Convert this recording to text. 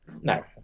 No